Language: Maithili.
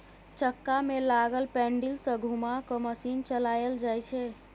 चक्का में लागल पैडिल सँ घुमा कय मशीन चलाएल जाइ छै